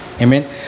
Amen